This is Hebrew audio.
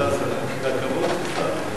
דקות לרשותך.